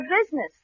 business